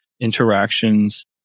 interactions